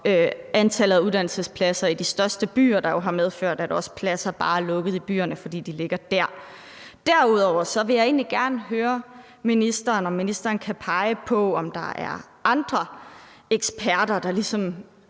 antallet af uddannelsespladser i de største byer, og som jo har medført, at pladser også bare blev lukket i byerne, fordi de lå der. Derudover vil jeg egentlig gerne høre, om ministeren kan pege på, at der er andre eksperter, der ligesom